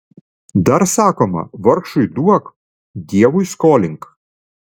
dar sakoma vargšui duok dievui skolink